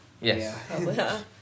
Yes